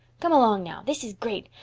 come along, now. this is great.